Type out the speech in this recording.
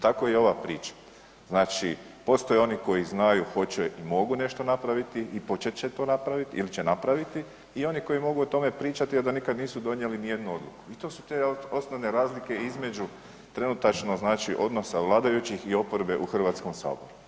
Tako i ova priča, znači postoje oni koji znaju, hoće i mogu nešto napraviti i počet će to napraviti ili će napraviti i oni koji mogu o tome pričati, a da nikad nisu donijeli nijednu odluku i to su te osnovne razlike između trenutačno odnosa vladajućih i oporbe u HS-u.